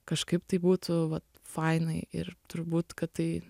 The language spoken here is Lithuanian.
kažkaip tai būtų fainai ir turbūt kad tai